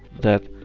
that